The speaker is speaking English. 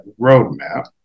roadmap